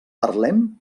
parlem